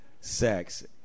sex